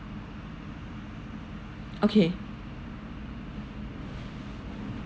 okay